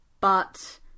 but-